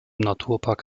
naturpark